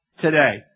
today